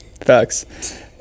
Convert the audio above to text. facts